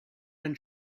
and